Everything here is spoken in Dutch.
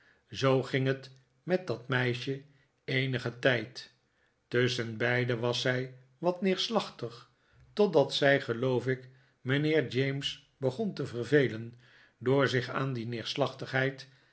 zoo ging net met dat meisje eenigen tijd tusschenbeide was zij wat neerslachtig totdat zij geloof ik mijnheer james begon te vervelen door zich aan die neerslachtigheid